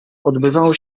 odbywało